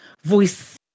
voice